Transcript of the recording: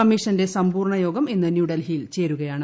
കമ്മീഷന്റെ സമ്പൂർണ്ണയോഗം ഇന്ന് ന്യൂഡൽ ്ഥിയിൽ ചേരുകയാണ്